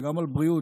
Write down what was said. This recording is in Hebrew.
וגם על הבריאות,